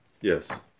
Yes